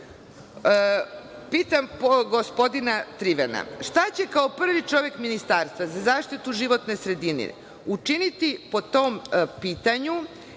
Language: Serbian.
Pitam gospodina Trivana, šta će kao prvi čovek Ministarstva za zaštitu životne sredine učiniti po tom pitanju,